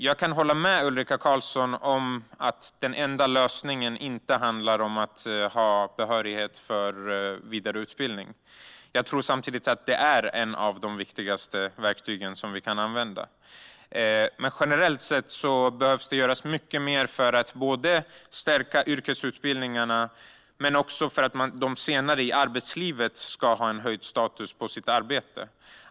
Jag kan hålla med Ulrika Carlsson om att den enda lösningen inte handlar om behörighet för vidareutbildning. Samtidigt är det ett av de viktigaste verktygen som vi kan använda oss av. Men generellt behöver det göras mycket mer för att stärka yrkesutbildningarna och för att dessa elever senare i arbetslivet ska ha en höjd status i sitt arbete.